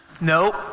Nope